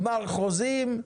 גמר חוזים,